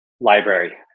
library